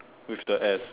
with the S